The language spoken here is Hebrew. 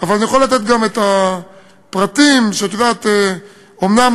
אבל אני יכול לתת גם את הפרטים, ואת יודעת, אומנם